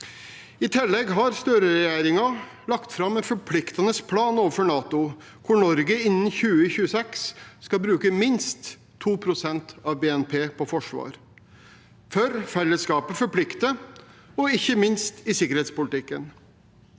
I tillegg har Støre-regjeringen lagt fram en forpliktende plan overfor NATO, hvor Norge innen 2026 skal bruke minst 2 pst. av BNP på forsvar. Fellesskapet forplikter, ikke minst i sikkerhetspolitikken.